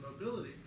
mobility